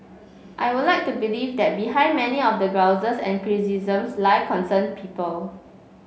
I would like to believe that behind many of the grouses and criticisms lie concerned people